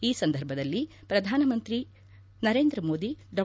ಈ ಸಂದರ್ಭದಲ್ಲಿ ಪ್ರಧಾನಮಂತ್ರಿ ನರೇಂದ್ರ ಮೋದಿ ಡಾ